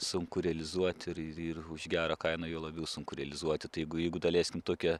sunku realizuoti ir ir ir už gerą kainą juo labiau sunku realizuoti tai jeigu jeigu daleiskim tokia